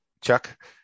Chuck